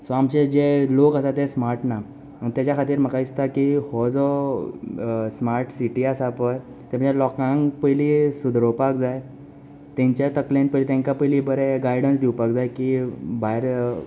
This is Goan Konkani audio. सो आमचे जे लोक आसा ते स्माट ना ताज्या खातीर म्हाका दिसता की हो जो स्माट सिटी आसा पळय ते मागीर लोकांक पयलीं सुदरोवपाक जाय तांच्या तकलेन पयलीं तांकां पयलीं बरें गायडन्स दिवपाक जाय की भायर